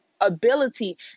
ability